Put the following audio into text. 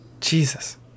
Jesus